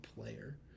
player